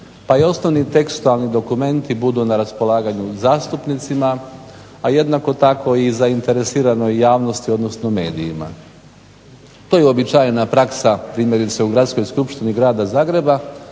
pa i osnovni tekstualni dokumenti budu na raspolaganju zastupnicima, a jednako tako zainteresiranoj javnosti odnosno medijima. To je uobičajena praksa primjerice u Gradskoj skupštini grada Zagreba,